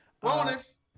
bonus